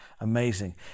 amazing